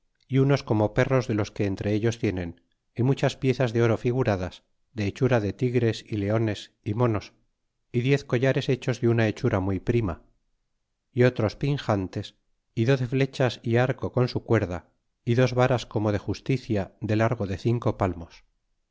é unos como perros de los que entre ellos tienen y muchas piezas de oro figuradas de hechura de tigres y leones y monos y diez collares hechos de una hechura muy prima é otros pinjantes y flechas y arco con su cuerda y dos varas como de justicia de largo de cinco palmos